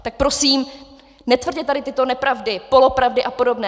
Tak prosím, netvrďte tady tyto nepravdy, polopravdy a podobné.